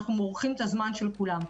אנחנו מורחים את הזמן של כולם.